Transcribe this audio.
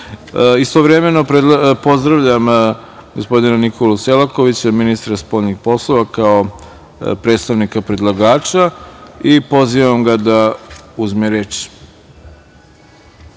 pretres. Istovremeno, pozdravljam gospodina Nikolu Selakovića, ministra spoljnih poslova kao predstavnika predlagača i pozivam ga da uzme